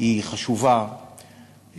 היא חשובה,